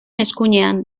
eskuinean